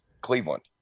Cleveland